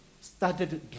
started